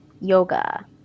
yoga